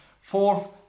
Fourth